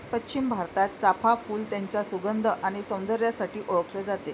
पश्चिम भारतात, चाफ़ा फूल त्याच्या सुगंध आणि सौंदर्यासाठी ओळखले जाते